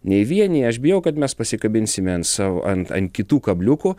nei vienija aš bijau kad mes pasikabinsime ant savo ant ant kitų kabliukų